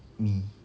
me